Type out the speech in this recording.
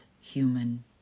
human